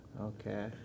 Okay